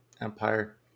Empire